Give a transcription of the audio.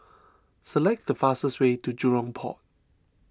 select the fastest way to Jurong Port